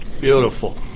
Beautiful